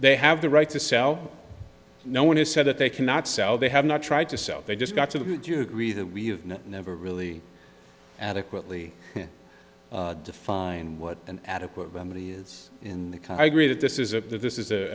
they have the right to sell no one has said that they cannot sell they have not tried to sell they just got to the who do you agree that we've never really adequately defined what an adequate vanity is in the car i agree that this is a this is